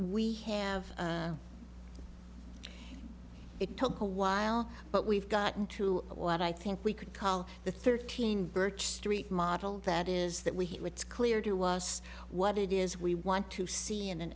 we have it took a while but we've gotten to what i think we could call the thirteen birch street model that is that we would clear to us what it is we want to see in an